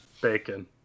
Bacon